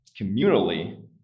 communally